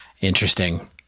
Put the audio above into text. Interesting